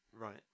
Right